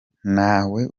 ntawe